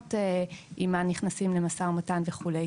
המדינות שאיתן נכנסים למשא ומתן וכולי,